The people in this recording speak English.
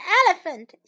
elephant